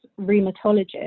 rheumatologist